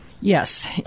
Yes